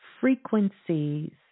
frequencies